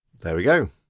there we go.